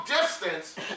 distance